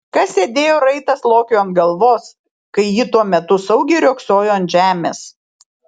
kas sėdėjo raitas lokiui ant galvos kai ji tuo metu saugiai riogsojo ant žemės